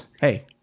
hey